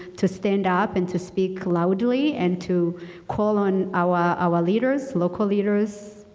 to stand up and to speak loudly. and to call on our leaders, local leaders,